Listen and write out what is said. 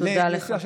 תודה לך.